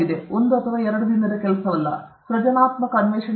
ಇದು ಸೃಜನಾತ್ಮಕ ಅನ್ವೇಷಣೆಯಾಗಿದೆ